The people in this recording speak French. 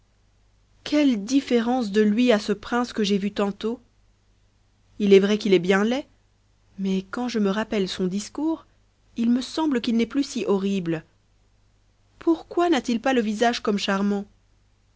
quelle différence de lui à ce prince que j'ai vu tantôt il est vrai qu'il est bien laid mais quand je me rappelle son discours il me semble qu'il n'est plus si horrible pourquoi n'a-t-il pas le visage comme charmant